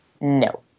No